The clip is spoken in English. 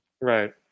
right